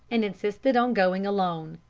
and insisted on going alone.